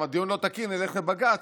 אם הדיון לא תקין נלך לבג"ץ,